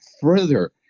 further